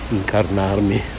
incarnarmi